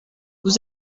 vous